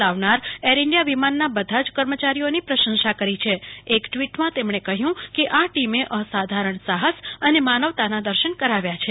લાવનાર Air India વિમાનના બધા જ કર્મચારીઓની પ્રશંસા કરી છે એક ટ્વીટ થી તેમણે કહ્યુ કે આ ટીમે અસાધારણ સાહસ અને માનવતાના દર્શન કરાવ્યા છે